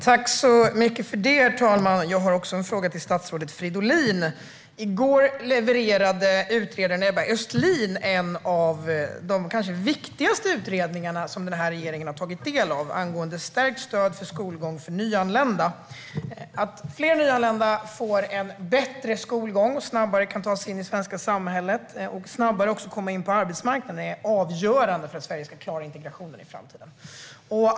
Herr talman! Jag har också en fråga till statsrådet Fridolin. I går levererade utredaren Ebba Östlin en av de kanske viktigaste utredningar som denna regering har tillsatt, nämligen den om stärkt stöd till nyanländas skolgång. Att fler nyanlända får en bättre skolgång och snabbare kan komma in i svenska samhället och på arbetsmarknaden är avgörande för att Sverige ska klara integrationen i framtiden.